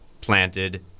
planted